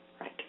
Right